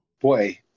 Boy